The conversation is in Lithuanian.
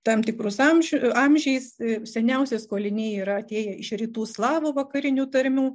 tam tikrus amžių amžiais seniausi skoliniai yra atėję iš rytų slavų vakarinių tarmių